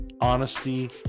honesty